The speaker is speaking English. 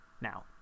Now